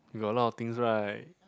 you got a lot of things right